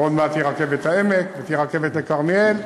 ועוד מעט תהיה רכבת העמק ותהיה רכבת לכרמיאל